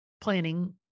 planning